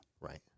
Right